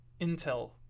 Intel